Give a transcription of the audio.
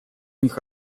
них